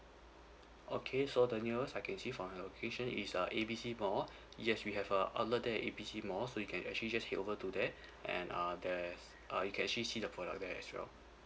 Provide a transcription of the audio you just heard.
okay so the nearest I can see from your location is a A B C mall yes we have a outlet there at A B C mall so you can actually just head over to there and err there's uh you can actually see the product there as well